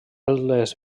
les